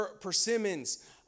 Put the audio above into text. persimmons